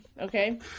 okay